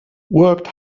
worked